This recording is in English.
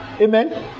Amen